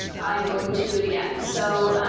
i'm going to do it again. so,